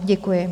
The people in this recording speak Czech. Děkuji.